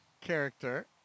character